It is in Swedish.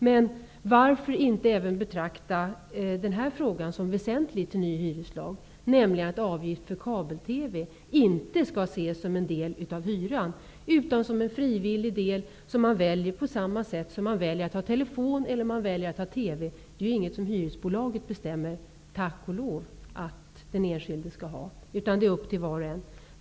Men varför betraktar man inte även den här frågan som väsentlig vid förslag om ny hyreslag? Avgiften för kabel-TV skall inte ses som en del av hyran, utan som en frivillig del som man kan välja på samma sätt som man väljer att ha telefon eller TV. Inget hyresbolag bestämmer ju det -- tack och lov. Det får var och en själv avgöra.